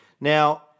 Now